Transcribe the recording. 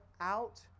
out